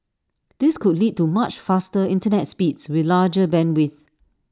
this could lead to much faster Internet speeds with larger bandwidths